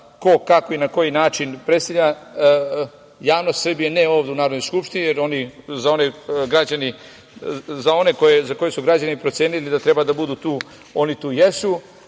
ko, kako i na koji način predstavlja javnost Srbije, ne ovde u Narodnoj skupštini, jer za one za koje su građani procenili da treba da budu tu, oni tu i jesu,